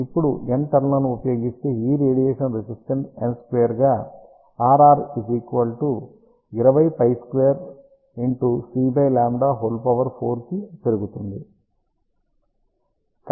ఇప్పుడు N turn లను ఉపయోగిస్తే ఈ రేడియేషన్ రెసిస్టెన్స్ N2 గా కి పెరుగుతుంది